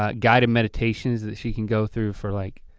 ah guided meditations that she can go through for like